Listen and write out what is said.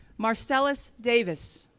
marcellis davis,